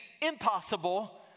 impossible